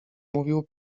mówił